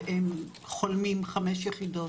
והם חולמים חמש יחידות,